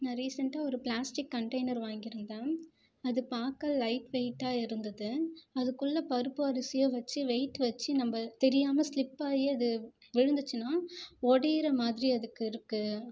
நான் ரீசன்ட்டாக ஒரு பிளாஸ்டிக் கண்டைனர் வாங்கிருந்தேன் அது பார்க்க லைட் வெயிட்டாக இருந்தது அதுக்குள்ளே பருப்போ அரிசியோ வச்சு வெயிட் வச்சி நம்ப தெரியாமல் ஸ்லிப் ஆயி அது விழுந்துச்சுன்னா உடையற மாதிரி அதுக்கு இருக்கு